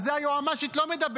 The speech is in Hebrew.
על זה היועמ"שית לא מדברת,